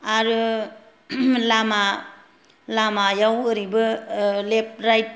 आरो लामा लामायाव ओरैबो लेफ्ट राइट